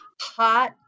hot